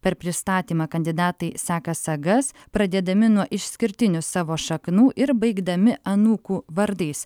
per pristatymą kandidatai seka sagas pradėdami nuo išskirtinių savo šaknų ir baigdami anūkų vardais